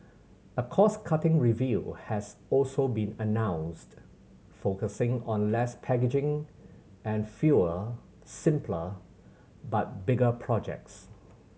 a cost cutting review has also been announced focusing on less packaging and fewer simpler but bigger projects